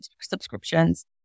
subscriptions